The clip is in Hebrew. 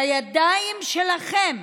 בידיים שלכם,